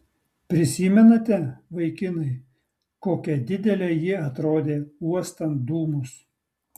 prisimenate vaikinai kokia didelė ji atrodė uostant dūmus